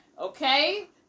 Okay